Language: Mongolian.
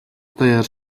даяар